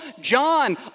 John